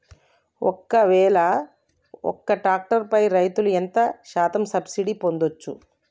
ఒక్కవేల ఒక్క ట్రాక్టర్ పై రైతులు ఎంత శాతం సబ్సిడీ పొందచ్చు?